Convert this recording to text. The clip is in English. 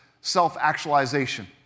self-actualization